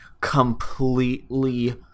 completely